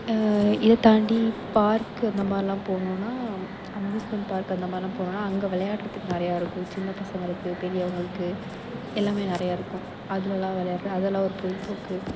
இதைத்தாண்டி park அந்தமாதிரிலாம் போனோம்ன்னால் amusement park அந்தமாதிரிலாம் போனோம்ன்னால் அங்கே விளையாட்றத்துக்கு நிறையா இருக்கும் சின்ன பசங்களுக்கு பெரியவர்களுக்கு எல்லாமே நிறையா இருக்கும் அதுலெல்லாம் விளையாட்லாம் அதெல்லாம் ஒரு பொழுதுபோக்கு